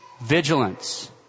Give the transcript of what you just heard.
vigilance